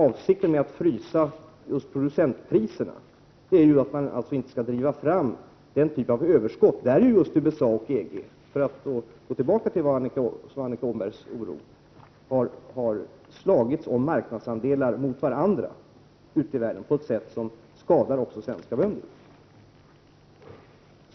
Avsikten med att frysa just producentpriserna är att man inte skall driva fram den typ av överskott där USA och EG - för att anknyta till Annika Åhnbergs oro — har slagits mot varandra om marknadsandelar ute i världen på ett sätt som också skadar svenska bönder.